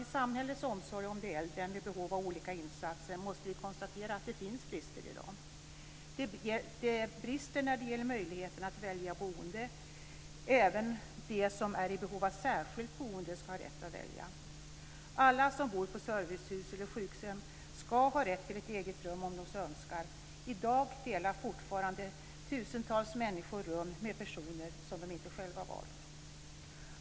I samhällets omsorg om de äldre med behov av olika insatser måste vi konstatera att det finns brister i dag. Det brister när det gäller möjligheten att välja boende. Även de som är i behov av särskilt boende ska ha rätt att välja. Alla som bor på servicehus eller sjukhem ska ha rätt till ett eget rum om de så önskar. I dag delar fortfarande tusentals människor rum med personer som de inte själva har valt.